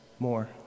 More